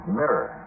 mirror